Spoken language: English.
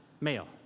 male